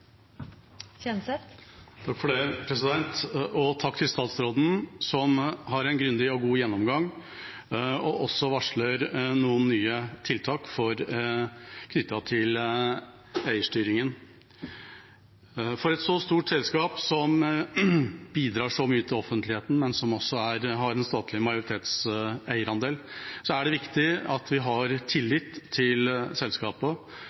skje, for å klare å rette opp kursen framover. Takk til statsråden, som har en grundig og god gjennomgang og også varsler noen nye tiltak knyttet til eierstyringen. For et så stort selskap som bidrar så mye til offentligheten, men som også har en statlig majoritetseierandel, er det viktig med tillit og at vi har